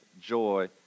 joy